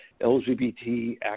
LGBT